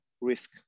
risk